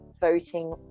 voting